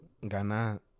gana